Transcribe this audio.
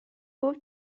bob